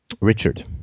Richard